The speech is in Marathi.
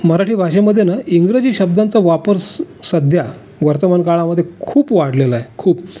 मराठी भाषेमध्ये ना इंग्रजी शब्दांचा वापर स् सध्या वर्तमानकाळामध्ये खूप वाढलेला आहे खूप